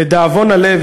לדאבון הלב,